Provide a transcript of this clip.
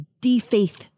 defaith